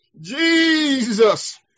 Jesus